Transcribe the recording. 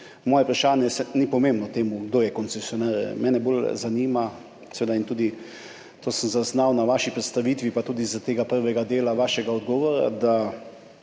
moje vprašanje, saj ni pomembno, kdo je koncesionar, mene bolj zanima, in to sem zaznal tudi na vaši predstavitvi, pa tudi iz tega prvega dela vašega odgovora, da